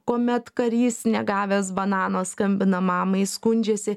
kuomet karys negavęs banano skambina mamai skundžiasi